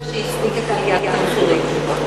אנחנו יצאנו מהמשבר שהביא לעליית המחירים.